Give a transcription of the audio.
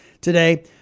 today